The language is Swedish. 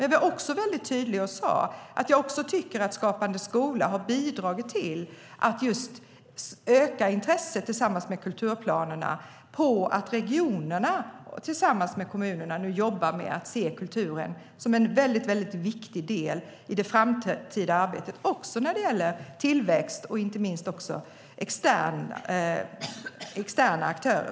Jag var också tydlig med att jag tycker att Skapande skola tillsammans med kulturplanerna bidragit till att öka intresset för att regionerna och kommunerna nu jobbar med att se kulturen som en viktig del i det framtida arbetet, både när det gäller tillväxt och, inte minst, externa aktörer.